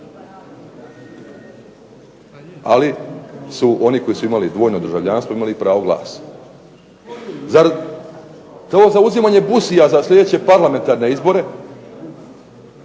ali su oni koji su imali dvojno državljanstvo imali pravo glasa. Zar ovo zauzimanje busija za slijedeće parlamentarne izbore.